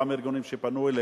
אותם ארגונים שפנו אלינו.